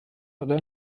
oder